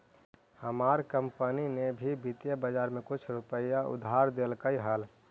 हमार कंपनी ने भी वित्तीय बाजार में कुछ रुपए उधार देलकइ हल